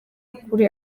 kure